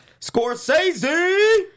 Scorsese